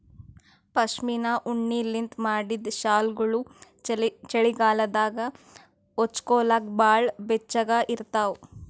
ಪಶ್ಮಿನಾ ಉಣ್ಣಿಲಿಂತ್ ಮಾಡಿದ್ದ್ ಶಾಲ್ಗೊಳು ಚಳಿಗಾಲದಾಗ ಹೊಚ್ಗೋಲಕ್ ಭಾಳ್ ಬೆಚ್ಚಗ ಇರ್ತಾವ